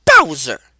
Bowser